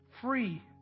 Free